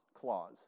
clause